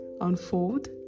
unfold